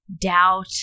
doubt